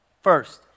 First